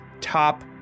top